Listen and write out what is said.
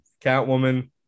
Catwoman